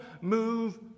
move